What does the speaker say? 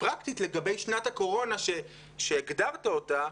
פרקטית לגבי שנת הקורונה שהגדרת אותה,